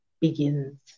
begins